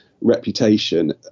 reputation